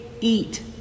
eat